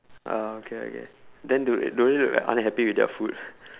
ah okay okay then do the~ do they look like unhappy with their food